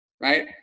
right